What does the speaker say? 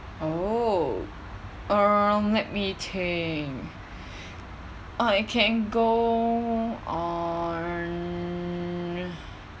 oh um let me think I can go on